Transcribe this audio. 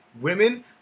Women